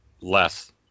less